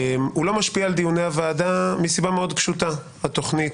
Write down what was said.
הוא לא משפיע על דיוני הוועדה מסיבה מאוד פשוטה: התוכנית,